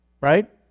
right